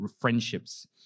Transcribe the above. friendships